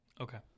Okay